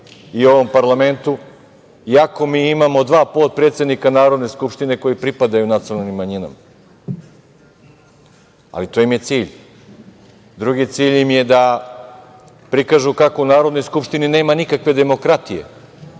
u ovom parlamentu, iako mi imamo dva potpredsednika Narodne skupštine koji pripadaju nacionalnim manjinama, ali to im je cilj. Drugi cilj im je da prikažu kako u Narodnoj skupštini nema nikakve demokratije,